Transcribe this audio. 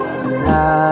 tonight